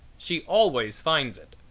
she always finds it.